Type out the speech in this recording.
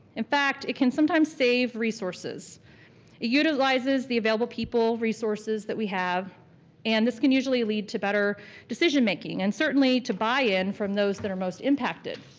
in fact, it can sometimes save resources. it utilizes the available people resources that we have and this can usually lead to better decision making and certainly to buy-in from those that are most impacted.